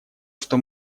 что